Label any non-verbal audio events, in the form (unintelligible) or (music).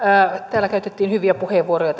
täällä käytettiin hyviä puheenvuoroja (unintelligible)